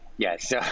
Yes